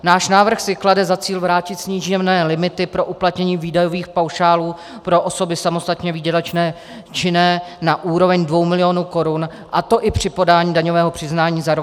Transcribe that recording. Náš návrh si klade za cíl vrátit snížené limity pro uplatnění výdajových paušálů pro osoby samostatně výdělečně činné na úroveň dvou milionů korun, a to i při podání daňového přiznání za rok 2018.